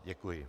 Děkuji.